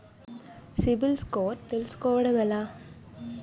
CIBIL score తెల్సుకోటం ఎలా?